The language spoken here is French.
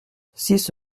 six